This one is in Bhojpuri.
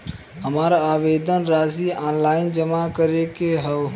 हमार आवेदन राशि ऑनलाइन जमा करे के हौ?